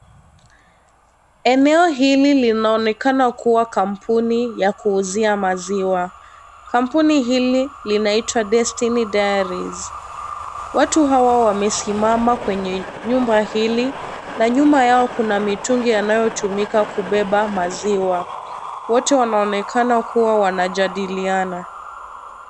Eneo hili linaonekana kuwa kampuni ya kuuzia maziwa. Kampuni hili linaitwa Destiny Dairies. Watu hawa wamesimama kwenye nyumba hili na nyuma yao kuna mitungi yanayotumika kubeba maziwa. Wote wameonekana kuwa wanajadiliana.